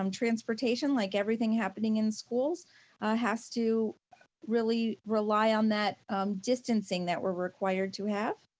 um transportation, like everything happening in schools has to really rely on that distancing that we're required to have.